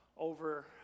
over